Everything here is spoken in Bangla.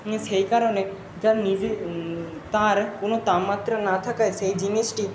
সেই কারণে যার নিজে তার কোনো তাপমাত্রা না থাকায় সেই জিনিসটি